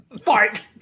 Fart